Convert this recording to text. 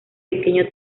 pequeño